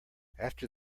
after